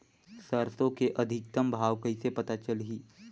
सरसो के अधिकतम भाव कइसे पता चलही?